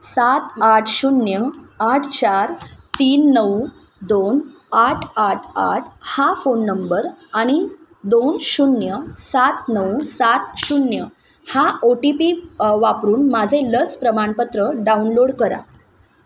सात आठ शून्य आठ चार तीन नऊ दोन आठ आठ आठ हा फोन नंबर आणि दोन शून्य सात नऊ सात शून्य हा ओ टी पी वापरून माझे लस प्रमाणपत्र डाउनलोड करा